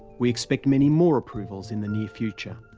we expect many more approvals in the near future.